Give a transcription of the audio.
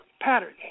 pattern